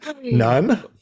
none